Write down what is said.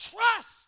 trust